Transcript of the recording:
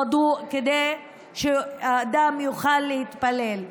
בערבית: טהרה) כדי שהאדם יוכל להתפלל,